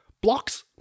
blocks